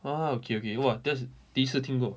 !wah! okay okay !wah! that's 第一次听过